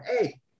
Hey